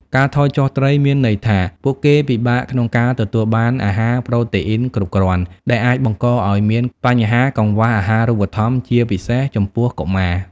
ការថយចុះត្រីមានន័យថា ពួកគេពិបាកក្នុងការទទួលបានអាហារប្រូតេអ៊ីនគ្រប់គ្រាន់ ដែលអាចបង្កឱ្យមានបញ្ហាកង្វះអាហារូបត្ថម្ភ ជាពិសេសចំពោះកុមារ។